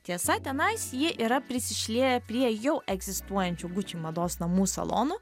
tiesa tenais jie yra prisišlieję prie jau egzistuojančių gucci mados namų salonų